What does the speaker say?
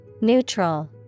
Neutral